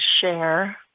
share